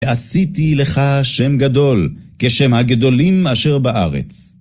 עשיתי לך שם גדול, כשם הגדולים אשר בארץ.